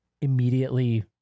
immediately